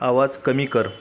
आवाज कमी कर